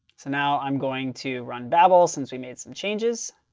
so now i'm going to run babel, since we made some changes.